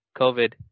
COVID